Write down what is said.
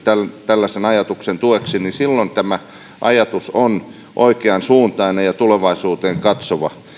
tällaisen ajatuksen tueksi silloin tämä ajatus on oikeansuuntainen ja tulevaisuuteen katsova